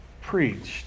preached